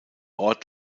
ort